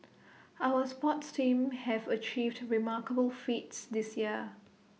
our sports teams have achieved remarkable feats this year